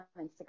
Instagram